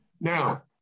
Now